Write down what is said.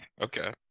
okay